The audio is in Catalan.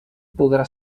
podrà